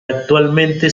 actualmente